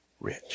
rich